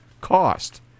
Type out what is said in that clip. cost